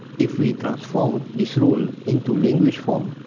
if we transform this rule into language form,